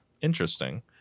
interesting